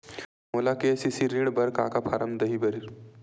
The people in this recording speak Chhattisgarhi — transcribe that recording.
मोला के.सी.सी ऋण बर का का फारम दही बर?